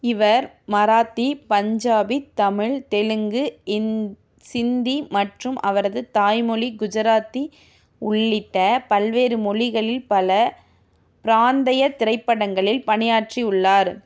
இவர் மராத்தி பஞ்சாபி தமிழ் தெலுங்கு ஹிந் சிந்தி மற்றும் அவரது தாய்மொழி குஜராத்தி உள்ளிட்ட பல்வேறு மொழிகளில் பல பிராந்தய திரைப்படங்களில் பணியாற்றியுள்ளார்